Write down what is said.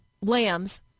lambs